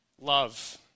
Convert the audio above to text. Love